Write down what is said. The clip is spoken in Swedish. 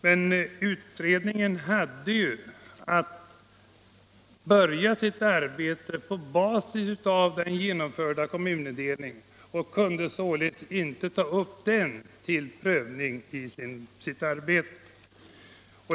Men utredningen hade att börja sitt arbete på basis av den genomförda kommunindelningen och kunde således inte ta upp den till prövning i sitt arbete.